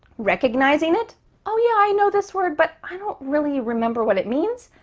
recognizing it oh yeah, i know this word, but i don't really remember what it means.